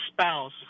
spouse